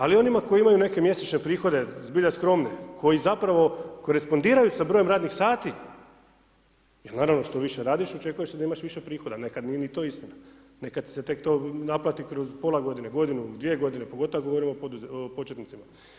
Ali onima koji imaju neke mjesečne prihode zbilja skromne, koji zapravo korespondiraju sa brojem radnih sati, jer naravno što više radiš, očekuje se da imaš više prihoda, nekad nije ni to istina, nekad se tek to naplati kroz pola godine, godinu, dvije godine, pogotovo ako govorimo o početnicima.